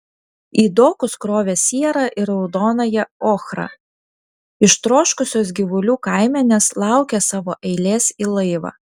į dokus krovė sierą ir raudonąją ochrą ištroškusios gyvulių kaimenės laukė savo eilės į laivą